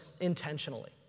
intentionally